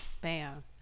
Bam